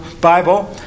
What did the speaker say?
Bible